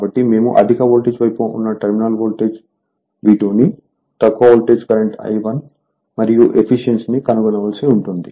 కాబట్టి మేము అధిక వోల్టేజ్ వైపు ఉన్న టెర్మినల్ ఓల్టేజ్ V2 ని తక్కువ వోల్టేజ్ కరెంట్ I1 మరియు ఎఫిషియన్సీ కనుగొనవలసి ఉంటుంది